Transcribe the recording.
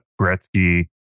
Gretzky